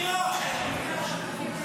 ממשלה מופקרת, מפקירה.